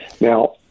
Now